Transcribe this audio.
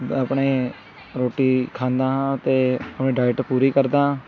ਆਪਣੇ ਰੋਟੀ ਖਾਂਦਾ ਹਾਂ ਅਤੇ ਆਪਣੀ ਡਾਈਟ ਪੂਰੀ ਕਰਦਾ ਹਾਂ